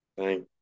Thank